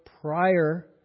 prior